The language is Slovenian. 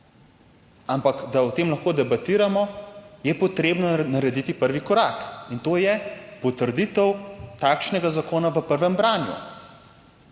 Ampak da o tem lahko debatiramo, je potrebno narediti prvi korak, in to je potrditev takšnega zakona v prvem branju.